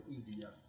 easier